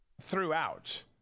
throughout